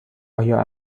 آیا